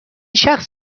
شخص